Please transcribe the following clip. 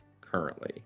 currently